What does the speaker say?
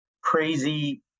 Crazy